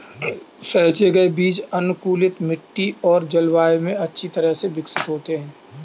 सहेजे गए बीज अनुकूलित मिट्टी और जलवायु में अच्छी तरह से विकसित होते हैं